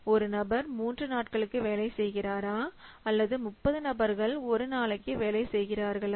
ஒரு நபர் மூன்று நாட்களுக்கு வேலை செய்கிறாரா அல்லது 30 நபர்கள் ஒரு நாளுக்கு வேலை செய்கிறார்களா